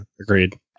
agreed